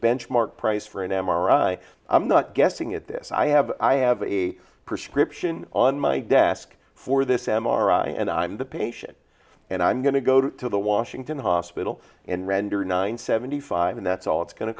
benchmark price for an m r i i'm not guessing at this i have i have a prescription on my desk for this m r i and i'm the patient and i'm going to go to the washington hospital and render nine seventy five and that's all it's go